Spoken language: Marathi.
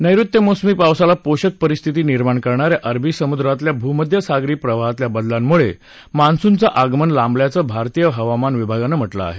नैऋत्य मोसमी पावसाला पोषक परिस्थिती निर्माण करणाऱ्या अरबी समुद्रातल्या भूमध्यसागरी प्रवाहातल्या बदलामुळे मान्सूनचं आगमन लांबल्याचं भारतीय हवामान विभागानं म्हटलं आहे